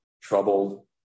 troubled